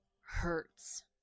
hurts